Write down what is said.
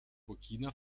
burkina